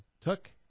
took